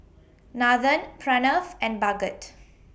Nathan Pranav and Bhagat